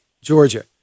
Georgia